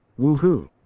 woohoo